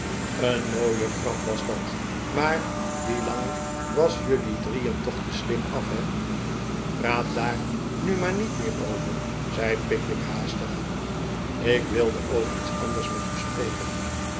een mooie grap was dat maar die lange was'jelui drieen toch te slim af he praat daar nu maar niet meer over zei pickwick haastig ik wilde over iets anders met u spreken